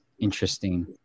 interesting